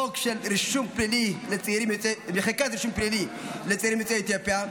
חוק של מחיקת רישום פלילי לצעירים יוצאי אתיופיה,